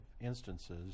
instances